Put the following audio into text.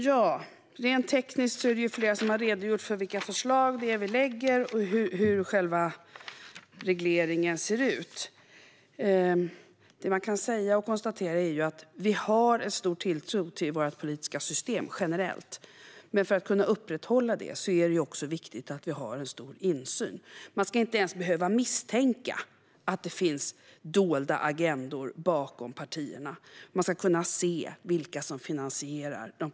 Herr talman! Det är flera som har redogjort för vilka förslag vi rent tekniskt lägger fram och hur själva regleringen ser ut. Det man kan konstatera är att vi har en stor tilltro till vårt politiska system generellt men att det för att vi ska kunna upprätthålla det är viktigt att vi har stor insyn. Man ska inte ens behöva misstänka att det finns dolda agendor bakom de politiska partierna, utan man ska kunna se vilka som finansierar dem.